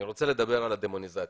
אני רוצה לדבר על הדמוניזציה.